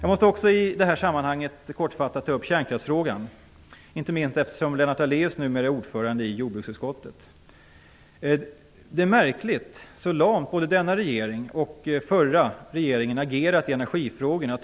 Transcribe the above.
Jag måste i det här sammanhanget också kortfattat ta upp kärnkraftsfrågan - inte minst eftersom Lennart Det är märkligt hur lamt både denna regering och förra regeringen har agerat i energifrågorna.